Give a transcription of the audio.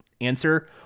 answer